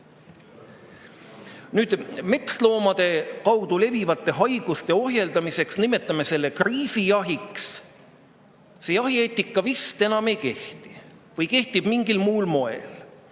Aga metsloomade kaudu levivate haiguste ohjeldamise ajal – nimetame seda kriisijahiks – see jahieetika vist enam ei kehti või kehtib mingil muul